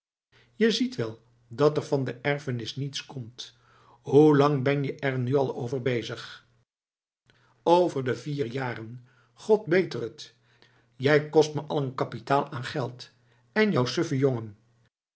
je ziet wel dat er van de erfenis niets komt hoe lang ben je er nu al over bezig over de vier jaren god beter t jij kost me al een kapitaal aan geld en jou suffe jongen